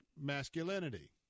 masculinity